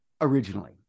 originally